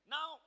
Now